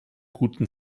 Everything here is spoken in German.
guten